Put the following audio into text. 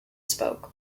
spoke